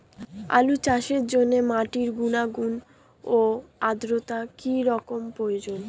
আলু চাষের জন্য মাটির গুণাগুণ ও আদ্রতা কী রকম প্রয়োজন?